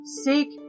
Seek